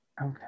okay